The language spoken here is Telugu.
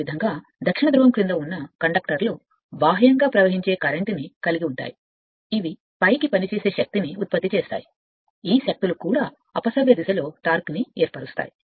అదేవిధంగా దక్షిణ ధ్రువం క్రింద ఉన్న కండక్టర్లు బాహ్యంగా ప్రవహించే ప్రవాహాన్ని కలిగి ఉంటాయి ఇవి పైకి పనిచేసే శక్తిని ఉత్పత్తి చేస్తాయి ఈ శక్తులు కూడా అపసవ్య దిశలో టార్క్ను పెంచుతాయి